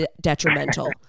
detrimental